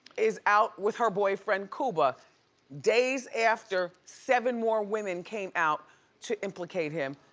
is out with her boyfriend cuba days after seven more women came out to implicate him,